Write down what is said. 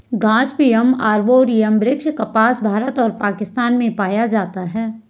Gossypium arboreum वृक्ष कपास, भारत और पाकिस्तान में पाया जाता है